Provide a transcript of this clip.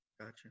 Gotcha